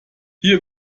hier